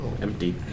Empty